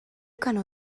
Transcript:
canó